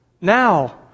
now